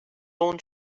own